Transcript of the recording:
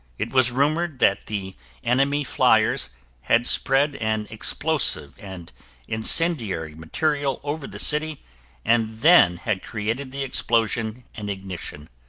it was rumored that the enemy fliers had spread an explosive and incendiary material over the city and then had created the explosion and ignition.